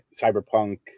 cyberpunk